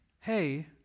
Hey